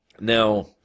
Now